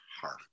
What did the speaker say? heart